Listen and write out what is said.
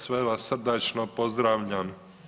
sve vas srdačno pozdravljam.